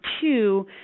two